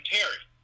Terry